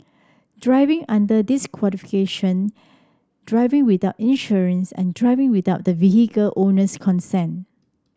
driving under disqualification driving without insurance and driving without the vehicle owner's consent